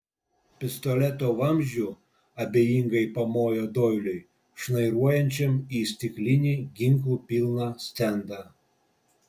pistoleto vamzdžiu abejingai pamojo doiliui šnairuojančiam į stiklinį ginklų pilną stendą